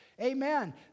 Amen